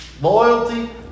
loyalty